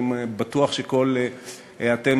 אני בטוח שאתם,